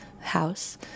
House